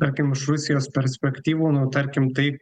tarkim iš rusijos perspektyvų nu tarkim tai